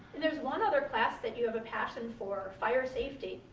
there's one other class that you have a passion for, fire safety.